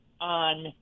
on